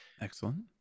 Excellent